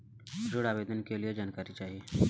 ऋण आवेदन के लिए जानकारी चाही?